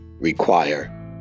require